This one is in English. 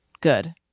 good